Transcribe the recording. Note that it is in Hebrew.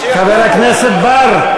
חבר הכנסת בר.